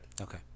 Okay